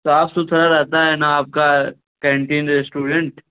साफ सुथरा रहता है ना आपका कैटीन रेस्टूरेंट